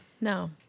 No